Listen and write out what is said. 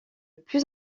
plus